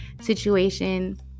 situation